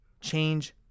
change